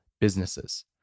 businesses